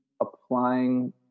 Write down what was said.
applying